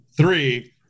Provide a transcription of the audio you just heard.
three